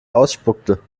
ausspuckte